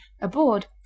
aboard